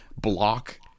block